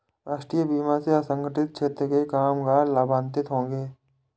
राष्ट्रीय बीमा से असंगठित क्षेत्र के कामगार लाभान्वित होंगे